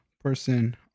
person